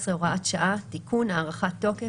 17 הוראת שעה) (תיקון) (הארכת תוקף),